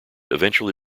eventually